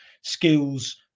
skills